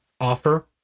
offer